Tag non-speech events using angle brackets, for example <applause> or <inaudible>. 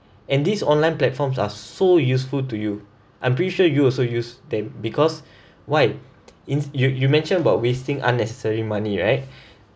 and this online platforms are so useful to you I'm pretty sure you also use them because <breath> why ins~ you you mentioned about wasting unnecessary money right <breath>